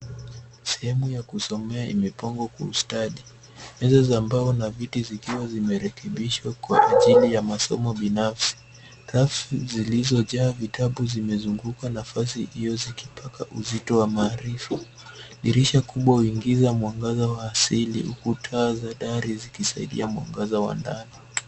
Sehemu ya kusomea imepangwa kwa ustadi. Meza za mbao na viti zikiwa zimerekebishwa kwa ajili ya masomo binafsi. Rafu zilizojaa vitabu zimezunguka nafasi hiyo zikitaka uzito maarifa. Dirisha kubwa huingiza mwangaza wa asili huku taa za dari zikisaidia mwangaza wa ndani.